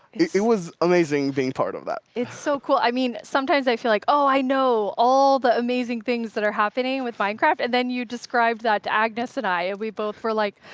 it was amazing being part of that. it's so cool. i mean sometimes i feel like, oh, i know all the amazing things that are happening with minecraft. and then you described that to agnes and i, and we both were like